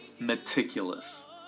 meticulous